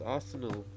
Arsenal